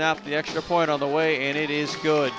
snap the extra point on the way and it is good